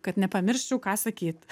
kad nepamirščiau ką sakyt